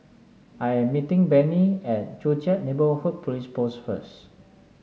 I am meeting Benny at Joo Chiat Neighbourhood Police Post first